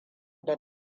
da